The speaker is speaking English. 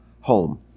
home